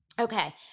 Okay